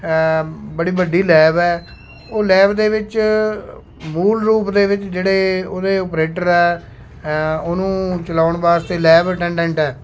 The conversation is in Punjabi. ਬੜੀ ਵੱਡੀ ਲੈਬ ਹੈ ਉਹ ਲੈਬ ਦੇ ਵਿੱਚ ਮੂਲ ਰੂਪ ਦੇ ਵਿੱਚ ਜਿਹੜੇ ਉਹਦੇ ਓਪਰੇਟਰ ਹੈ ਉਹਨੂੰ ਚਲਾਉਣ ਵਾਸਤੇ ਲੈਬ ਅਟੈਂਡਡੈਂਟ ਹੈ